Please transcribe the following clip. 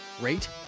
rate